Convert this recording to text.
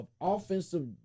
offensive